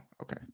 Okay